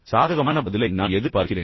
சாதகமான பதிலை நான் எதிர்பார்க்கிறேன்